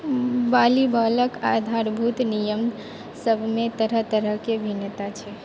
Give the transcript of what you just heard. वॉलीबॉलक आधारभूत नियमसभमे तरह तरहके भिन्नता छै